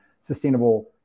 sustainable